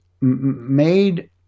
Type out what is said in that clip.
made